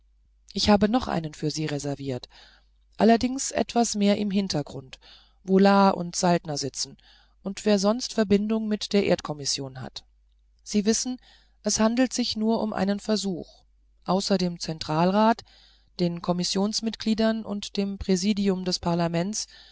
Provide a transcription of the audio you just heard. ich habe noch einen für sie reserviert allerdings etwas mehr im hintergrund wo la und saltner sitzen und wer sonst verbindungen mit der erdkommission hat sie wissen es handelt sich nur um einen versuch außer dem zentralrat den kommissionsmitgliedern und dem präsidium des parlaments